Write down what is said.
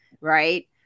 right